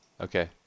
Okay